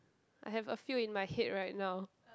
I have a few in my head right now